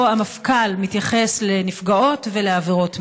המפכ"ל מתייחס לנפגעות ולעבירות מין?